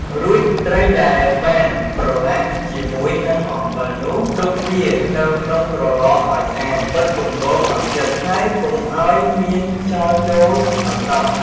រួចត្រីដែលបានប្រឡាក់ជាមួយនឹងអំបិលនោះ ទុកវានៅក្នុងក្រឡឱ្យស្អាត បិទគម្របឱ្យជិត ហើយកុំឱ្យមានខ្យល់ចូលឱ្យសោះ។